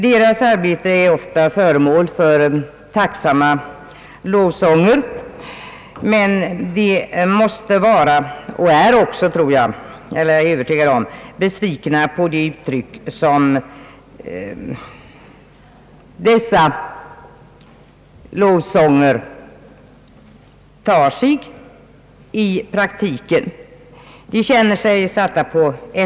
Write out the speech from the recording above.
Deras arbete är ofta föremål för tacksamma lovsånger, men de måste vara och är också — det är jag övertygad om — besvikna på de uttryck som dessa lovsånger tar sig i praktiken. De känner sig eftersatta.